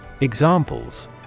Examples